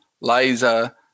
laser